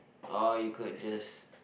oh you could just